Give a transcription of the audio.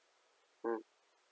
mm